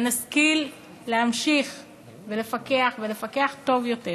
שנשכיל להמשיך ולפקח, ולפקח טוב יותר,